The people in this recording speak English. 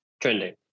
Trending